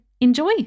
enjoy